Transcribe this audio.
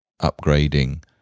upgrading